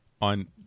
on